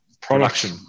production